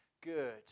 good